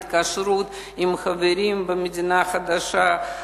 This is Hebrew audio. התקשרות עם חברים במדינה החדשה,